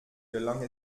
gelang